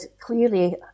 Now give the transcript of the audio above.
clearly